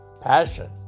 passion